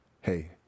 hey